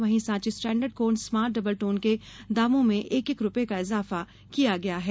वहीं Sanchi standard cone smart double tone के दामों में एक एक रूपये का इजाफा किया गया है